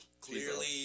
Clearly